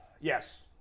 Yes